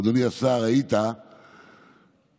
אדוני השר יועז הנדל,